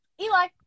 Eli